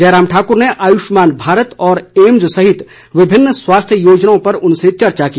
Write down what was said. जयराम ठाकुर ने आयुष्मान भारत और एम्स सहित विभिन्न स्वास्थ्य योजनाओं पर उनसे चर्चा की